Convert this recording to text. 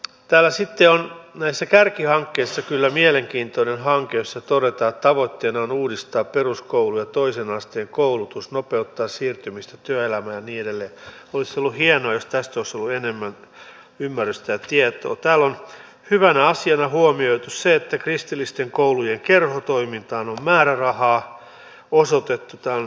tämä tietynlainen pysähtyneisyyden aika ja hetki joka tällä hetkellä suomessa on jossa kaikki aika kuluu tässä tämän pallon pallottelussa molemmin puolin pöytää tämä pysähtyneisyys pitäisi nyt pysäyttää ja kaikkien pitäisi kyllä tunnistaa näitä tosiasioita joiden keskellä ja edessä kansakuntamme on